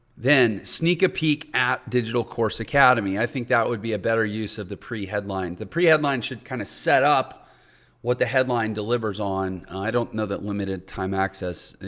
then sneak a peek at digital course academy. i think that would be a better use of the pre-headline. the pre-headline should kind of set up what the headline delivers on. i don't know that limited time access,